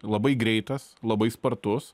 labai greitas labai spartus